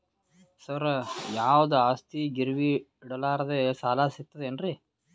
ಸರ, ಯಾವುದು ಆಸ್ತಿ ಗಿರವಿ ಇಡಲಾರದೆ ಸಾಲಾ ಸಿಗ್ತದೇನ್ರಿ?